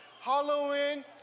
Halloween